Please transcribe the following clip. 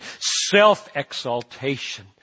self-exaltation